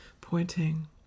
pointing